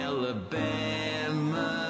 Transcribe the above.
Alabama